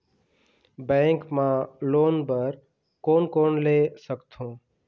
Bank मा loan बर कोन कोन ले सकथों?